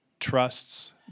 trusts